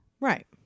Right